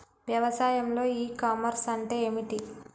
వ్యవసాయంలో e commerce అంటే ఏమిటి?